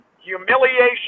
humiliation